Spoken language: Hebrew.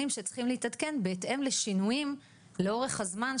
שצריכים להתעדכן בהתאם לשינויים לאורך הזמן,